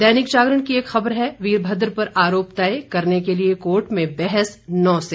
दैनिक जागरण की एक खबर है वीरभद्र पर आरोप तय करने के लिये कोर्ट में बहस नौ से